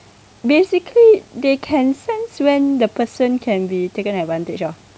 basically they can sense when the person can be taken advantage of